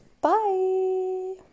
Bye